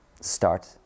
start